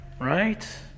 right